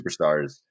superstars